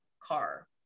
car